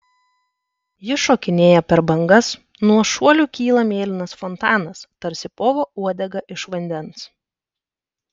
ji šokinėja per bangas nuo šuolių kyla mėlynas fontanas tarsi povo uodega iš vandens